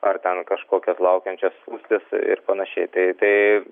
ar ten kažkokias laukiančias spūstis ir panašiai tai tai